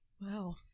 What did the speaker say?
Wow